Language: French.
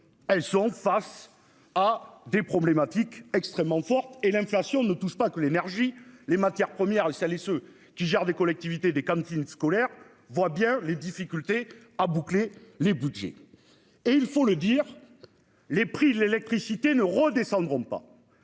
elles sont face à des problématiques extrêmement forte et l'inflation ne touche pas que l'énergie, les matières premières le ça laisse ceux qui gèrent des collectivités, des cantines scolaires voit bien les difficultés à boucler les Budgets et il faut le dire. Les prix de l'électricité ne redescendront pas